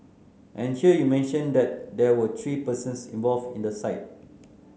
and here you mention that there were three persons involved in the site